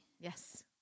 Yes